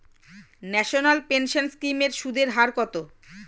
National pension scheme এর সুদের হার কত?